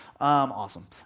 Awesome